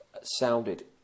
sounded